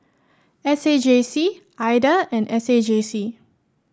S A J C Ida and S A J C